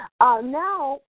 Now